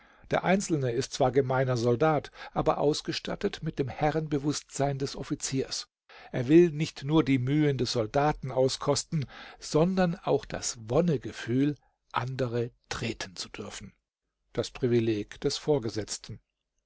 der einzelne ist zwar gemeiner soldat aber ausgestattet mit dem herrenbewußtsein des offiziers er will nicht nur die mühen des soldaten auskosten sondern auch das wonnegefühl andere treten zu dürfen das privileg des vorgesetzten